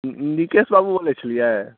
निकेश बाबू बोलैत छलियै